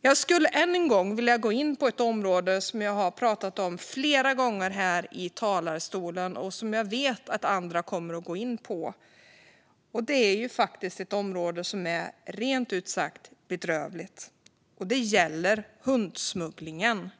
Jag vill än en gång gå in på ett område som jag pratat om flera gånger tidigare här i talarstolen och som jag vet att andra kommer att gå in på. Det gäller något som är rent ut sagt bedrövligt, nämligen hundsmugglingen.